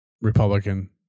Republican